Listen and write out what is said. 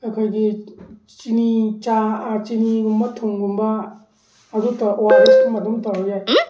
ꯑꯩꯈꯣꯏꯒꯤ ꯆꯤꯅꯤ ꯆꯥ ꯆꯤꯅꯤꯒꯨꯝꯕ ꯊꯨꯡꯒꯨꯝꯕ ꯑꯗꯨꯗꯣ ꯑꯣ ꯑꯥꯔ ꯑꯦꯁ ꯀꯨꯝꯕ ꯑꯗꯨꯝ ꯇꯧꯕ ꯌꯥꯏ